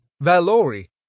Valori